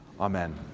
amen